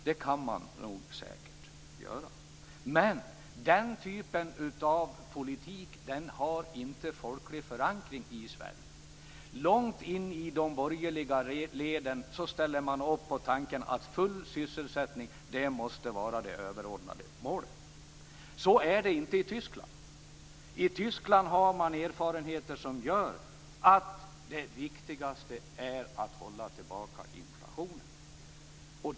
Det kan man säkert göra, men den typen av politik har inte folklig förankring i Sverige. Långt in i de borgerliga leden ställer man upp på tanken att full sysselsättning måste vara det överordnade målet. Så är det inte i Tyskland. I Tyskland har man erfarenheter som gör att det viktigaste är att hålla tillbaka inflationen.